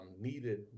needed